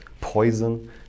poison